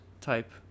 type